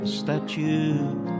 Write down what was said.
statue